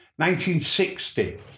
1960